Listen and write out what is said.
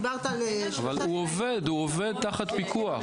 אבל הוא עובד תחת פיקוח.